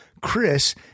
Chris